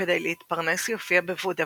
וכדי להתפרנס היא הופיעה בוודוויל.